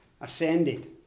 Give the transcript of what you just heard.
ascended